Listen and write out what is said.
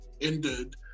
ended